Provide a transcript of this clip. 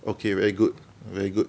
okay very good very good